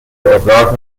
ابراز